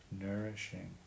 nourishing